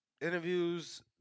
interviews